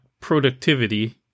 productivity